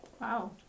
Wow